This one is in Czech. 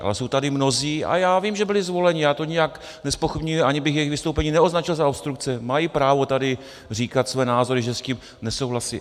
Ale jsou tady mnozí a já vím, že byli zvoleni, já to nijak nezpochybňuji, ani bych jejich vystoupení neoznačil za obstrukci, mají právo tady říkat své názory, že s tím nesouhlasí.